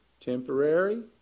temporary